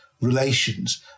relations